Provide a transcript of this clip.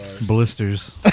Blisters